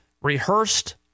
rehearsed